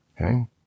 okay